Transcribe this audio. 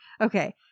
Okay